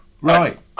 right